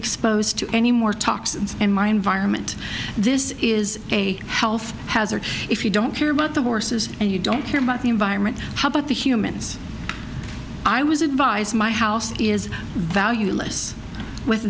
exposed to any more toxins in my environment this is a health hazard if you don't care about the horses and you don't care about the environment how about the humans i was advised my house is valueless with